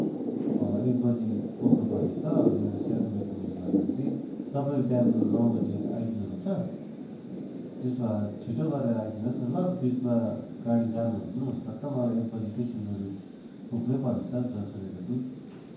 एक बजी पुग्नुपर्नेछ मेरो सानो मिटिङले गर्दाखेरि तपाईँ बिहान नौ बजी आइदिनु हुन्छ त्यसो भए छिटो गरेर आइदिनु होस् न ल बिचमा गाडी जामहरू पनि हुनसक्छ मलाई एक बजी चाहिँ सिलगढी पुग्नैपर्नेछ जसरी भए पनि